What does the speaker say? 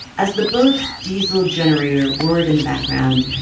as the boat's diesel generator roared in the background,